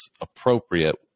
appropriate